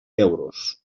euros